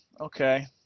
okay